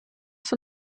ist